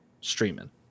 streaming